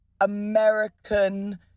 American